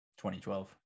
2012